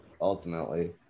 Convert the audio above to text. ultimately